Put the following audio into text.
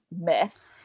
myth